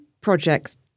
projects